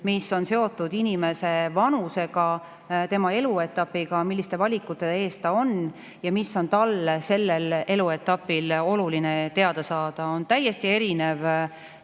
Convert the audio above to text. mis on seotud inimese vanusega, tema eluetapiga, milliste valikute ees ta on ja mis on talle sellel eluetapil oluline teada saada. Üks asi on